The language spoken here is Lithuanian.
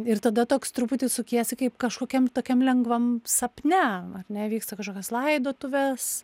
ir tada toks truputį sukiesi kaip kažkokiam tokiam lengvam sapne ar ne vyksta kažkokios laidotuvės